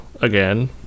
again